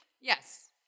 Yes